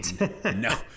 No